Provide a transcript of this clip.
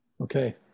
okay